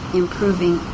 improving